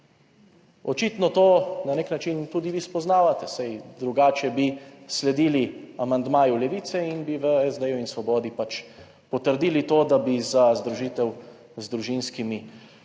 Očitno to na nek način tudi vi spoznavate, saj drugače bi sledili amandmaju Levice in bi v SD in Svobodi pač potrdili to, da bi za združitev z družinskimi